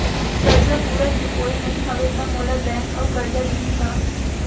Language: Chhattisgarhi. करजा पूरा चुकोय नई हव त मोला बैंक अऊ करजा दिही का?